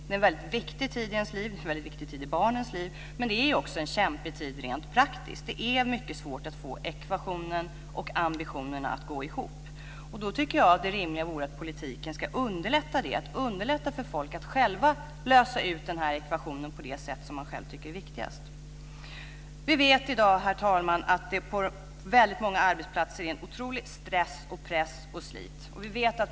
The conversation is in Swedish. Det är en väldigt viktig tid i ens liv och i barnens liv, men den är också kämpig rent praktiskt. Det är mycket svårt att få ekvationen och ambitionerna att gå ihop. Jag tycker att det rimliga vore att politiken ska underlätta för folk att själva lösa ekvationen på det sätt som man själv tycker är bäst. Vi vet i dag, herr talman, att det på väldigt många arbetsplatser förekommer oerhört mycket av stress, press och slit.